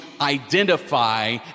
identify